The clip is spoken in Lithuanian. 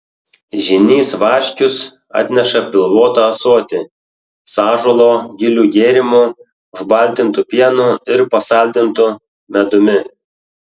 žynys vaškius atneša pilvotą ąsotį su ąžuolo gilių gėrimu užbaltintu pienu ir pasaldintu medumi